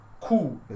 cool